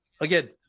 again